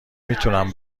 میتونم